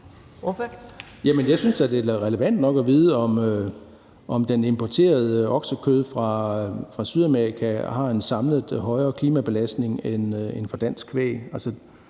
Jeg synes da, det er relevant nok at få at vide, om det importerede oksekød fra Sydamerika samlet har en højere klimabelastning end fra dansk kvæg.